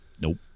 Nope